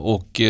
Och